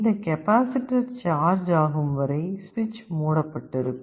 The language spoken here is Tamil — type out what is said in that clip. இந்த கெப்பாசிட்டர் சார்ஜ் ஆகும் வரை சுவிட்ச் மூடப்பட்டிருக்கும்